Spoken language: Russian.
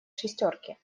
шестерки